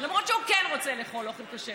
למרות שהוא כן רוצה לאכול אוכל כשר.